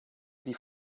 wie